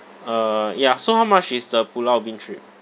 uh ya so how much is the pulau ubin trip